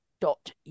dot